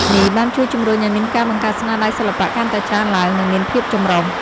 នេះបានជួយជំរុញឲ្យមានការបង្កើតស្នាដៃសិល្បៈកាន់តែច្រើនឡើង និងមានភាពចម្រុះ។